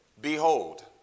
behold